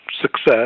success